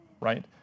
Right